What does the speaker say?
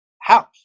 house